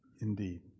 indeed